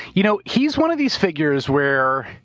you know he's one of these figures where.